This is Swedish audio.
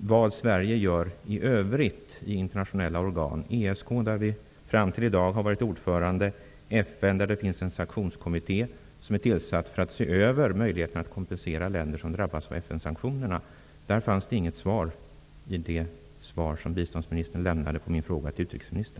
vad Sverige gör i övrigt i internationella organ: ESK, där vi fram till i dag har innehaft ordförandeposten, FN, där det finns en sanktionskommitté som är tillsatt för att se över möjligheterna att kompensera länder som drabbas av FN-sanktionerna. Om detta fanns ingenting i det svar som biståndsministern lämnade på min fråga till utrikesministern.